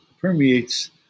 permeates